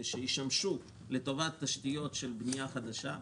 שישמשו לטובת תשתיות של בנייה חדשה,